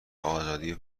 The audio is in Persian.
آزادی